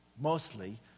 mostly